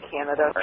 Canada